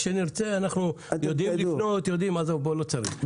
כשנרצה, אנחנו יודעים לפנות, לא צריך אותו.